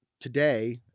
today